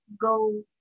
go